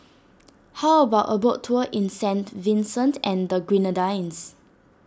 how about a boat tour in Saint Vincent and the Grenadines